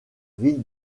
ville